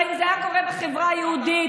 העיקר לא לדבר על האלימות בחברה הערבית,